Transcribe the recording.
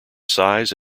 size